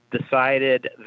decided